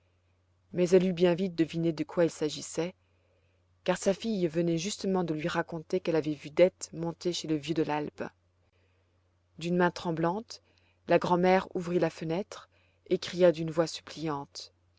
mais elle eut bien vite deviné de quoi il s'agissait car sa fille venait justement de lui raconter qu'elle avait vu dete monter chez le vieux de l'alpe d'une main tremblante la grand'mère ouvrit la fenêtre et cria d'une voix suppliante